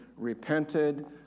repented